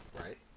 right